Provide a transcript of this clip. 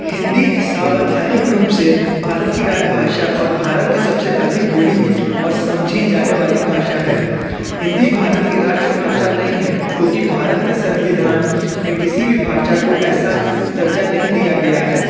हिन्दी सावधानिक रूप से भारत की राजभाषा और भारत की सबसे अधिक बोली और समझी जाने वाली भाषा है हिन्दी भारत की राष्ट्रभाषा नहीं है क्योंकि भारत के संविधान में किसी भी भाषा को ऐसा दर्जा नहीं दिया गया है